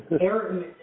Aaron